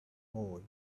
boy